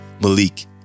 Malik